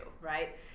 right